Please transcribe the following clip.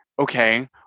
okay